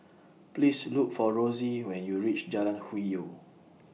Please Look For Rosey when YOU REACH Jalan Hwi Yoh